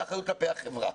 זה אחריות כלפי החברה.